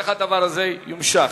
איך הדבר הזה יימשך.